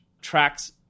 tracks